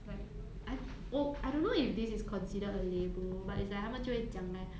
like I 我 I don't know if this is considered a label but it's like 他们就会讲 like